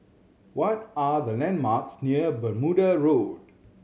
what are the landmarks near Bermuda Road